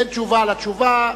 אין תשובה על התשובה.